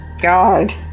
God